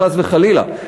חס וחלילה,